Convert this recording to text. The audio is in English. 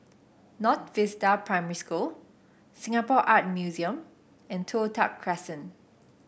North Vista Primary School Singapore Art Museum and Toh Tuck Crescent